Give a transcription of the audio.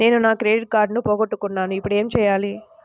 నేను నా క్రెడిట్ కార్డును పోగొట్టుకున్నాను ఇపుడు ఏం చేయాలి?